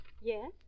Yes